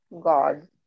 God